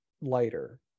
lighter